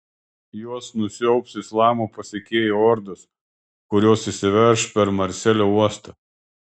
juos nusiaubs islamo pasekėjų ordos kurios įsiverš per marselio uostą